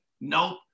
nope